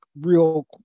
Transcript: real